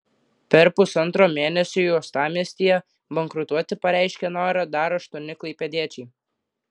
per pusantro mėnesio uostamiestyje bankrutuoti pareiškė norą dar aštuoni klaipėdiečiai